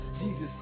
jesus